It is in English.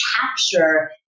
capture